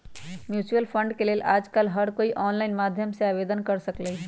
mutual fund के लेल आजकल हर कोई ऑनलाईन माध्यम से आवेदन कर सकलई ह